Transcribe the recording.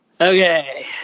Okay